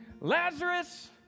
Lazarus